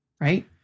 right